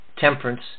Temperance